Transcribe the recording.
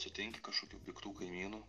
sutinki kažkokių piktų kaimynų